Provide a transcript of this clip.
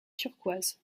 turquoise